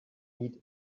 need